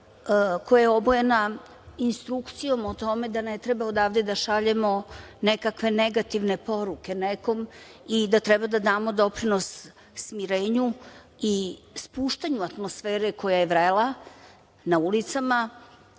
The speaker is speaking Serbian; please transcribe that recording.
koja je obojena instrukcijom o tome da ne treba odavde da šaljemo nekakve negativne poruke nekom i da treba da damo doprinos smirenju i spuštanju atmosfere koja je vrela na ulicama,